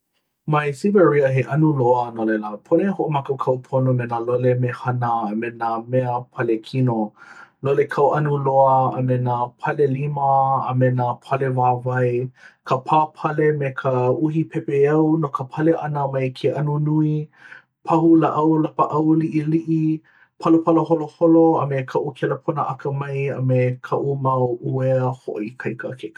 ma siberia he anu loa no laila pono e hoʻomākaukau pono me nā lole mehana a me nā mea pale kino lole kau anu loa, a me nā pale lima a me nā pale wāwae ka pāpale me ka uhi pepeiao no ka pale ʻana mai ke anu nui pahu lāʻau lapaʻau liʻiliʻi palapala holoholo a me kaʻu kelepona akamai a me kaʻu mau ʻuea hoʻoikaika kekahi